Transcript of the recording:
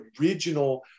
original